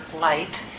light